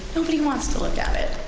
nobody wants to look at it,